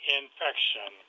infection